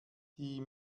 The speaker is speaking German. die